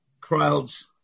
crowds